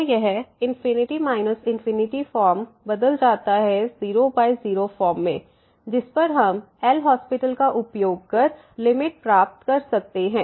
तो यह ∞∞ फॉर्म बदल जाता है 00 फॉर्म में जिस पर हम एल हास्पिटल LHospital का उपयोग कर लिमिट प्राप्त कर सकते हैं